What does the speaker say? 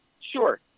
sure